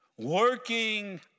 Working